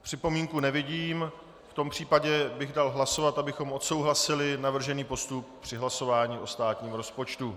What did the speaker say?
Připomínku nevidím, v tom případě bych dal hlasovat, abychom odsouhlasili navržený postup při hlasování o státním rozpočtu.